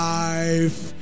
life